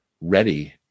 ready